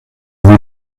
vous